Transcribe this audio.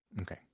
Okay